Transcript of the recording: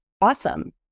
awesome